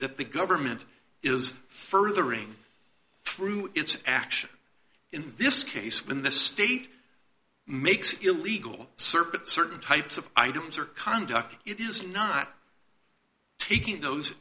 that the government is furthering through its action in this case when the state makes it illegal search that certain types of items or conduct it is not taking those